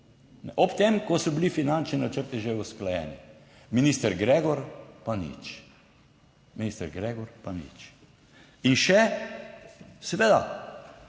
ob tem, ko so bili finančni načrti že usklajeni. Minister Gregor pa nič. Minister Gregor pa nič. In še: Seveda,